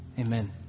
amen